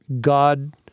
God